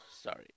Sorry